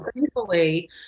thankfully